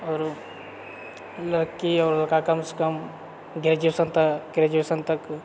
आओर लड़की आरके कमसँ कम ग्रेजुएशन तऽ ग्रेजुएशन तक